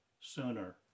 sooner